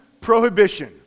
prohibition